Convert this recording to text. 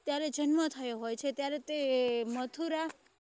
ત્યારે જન્મ થયો હોય છે ત્યારે તે મથુરા